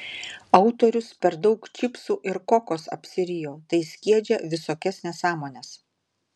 autorius per daug čipsų ir kokos apsirijo tai skiedžia visokias nesąmones